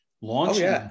launching